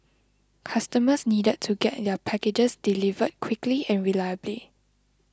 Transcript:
customers needed to get their packages delivered quickly and reliably